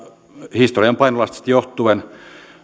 historian painolastista johtuen